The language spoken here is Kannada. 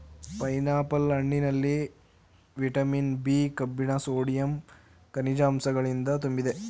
ಪೈನಾಪಲ್ ಹಣ್ಣಿನಲ್ಲಿ ವಿಟಮಿನ್ ಬಿ, ಕಬ್ಬಿಣ ಸೋಡಿಯಂ, ಕನಿಜ ಅಂಶಗಳಿಂದ ತುಂಬಿದೆ